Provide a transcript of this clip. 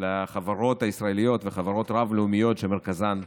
לחברות הישראליות ולחברות רב-לאומיות שמרכזן בישראל.